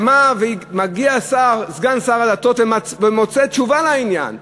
ומגיע סגן שר הדתות ומוצא תשובה לעניין,